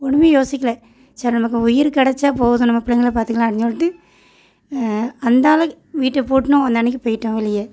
ஒன்றுமே யோசிக்கலை சரி நமக்கு உயிர் கிடச்சா போதும் நம்ம பிள்ளைங்களை பார்த்துக்கலாம் அப்படின் சொல்லிட்டு அந்தளவுக்கு வீட்டை பூட்டினோம் வந்த அன்னைக்கு போயிவிட்டோம் வெளியே